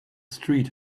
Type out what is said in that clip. street